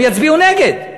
הם יצביעו נגד,